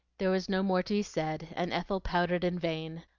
there was no more to be said, and ethel pouted in vain.